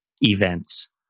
events